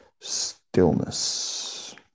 Stillness